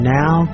now